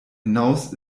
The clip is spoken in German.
hinaus